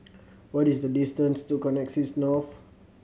what is the distance to Connexis North